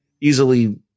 easily